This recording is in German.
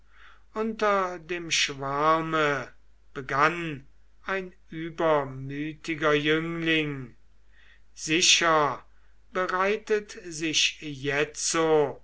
unter dem schwarme begann ein übermütiger jüngling sicher bereitet sich jetzo